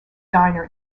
diner